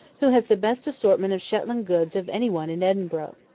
who has the best assortment of shetland goods of any one in edinbro'.